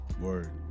Word